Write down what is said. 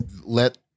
let